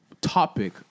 topic